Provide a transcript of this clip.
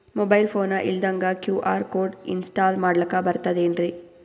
Mobile phone ಇಲ್ದಂಗ QR code install ಮಾಡ್ಲಕ ಬರ್ತದೇನ್ರಿ?